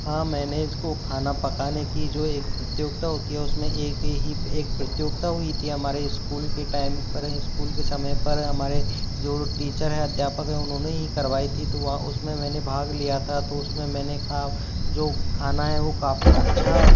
हाँ मैंने इसको खाना पकाने की जो एक प्रतियोगिता होती है उसमें एक ही एक प्रतियोगिता हुई थी हमारे स्कूल के टाइम पर स्कूल के समय पर हमारे जो टीचर है अध्यापक है उन्होंने ही करवाई थी तो वह उसमें मैंने भाग लिया था तो उसमें मैंने कहा जो खाना है वो काफ़ी अच्छा